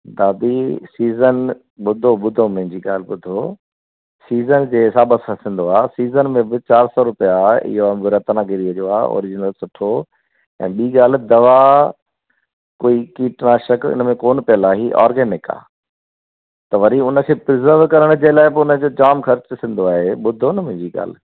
दादी सीजन ॿुधो ॿुधो मुंहिंजी ॻाल्हि ॿुधो सीजन जे हिसाब सां थींदो आहे सीजन में बि चारि सौ रुपिया आहे इहो अंब रत्नागिरी जो आहे ओरिजिनल सुठो ऐं ॿी ॻाल्हि दवा कोई कीटनाशक इनमें कोन्ह पियल आहे हूअ ऑर्गेनिक आहे त वरी उनखे प्रिजर्व करण जे लाइ बि उनजो जाम ख़र्चु थींदो आहे ॿुधो न मुंहिंजी ॻाल्हि